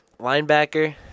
linebacker